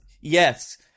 yes